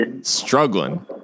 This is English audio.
struggling